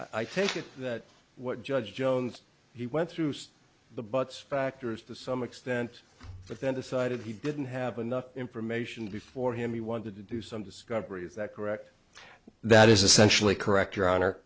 think it that what judge jones he went through the butts factors to some extent but then decided he didn't have enough information before him he wanted to do some discovery is that correct that is essentially correct your honor